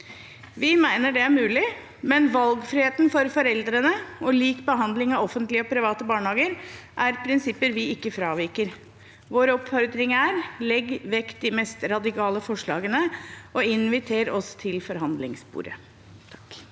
Vi mener det er mulig, men valgfriheten for foreldrene og lik behandling av offentlige og private barnehager er prinsipper vi ikke fraviker. Vår oppfordring er: Legg vekk de mest radikale forslagene, og inviter oss til forhandlingsbordet. Anja